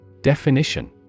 Definition